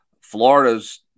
Florida's